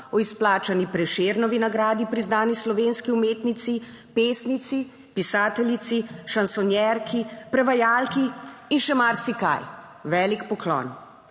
o izplačani Prešernovi nagradi priznani slovenski umetnici, pesnici, pisateljici, šansonjerki, prevajalki in še marsikaj - velik poklon.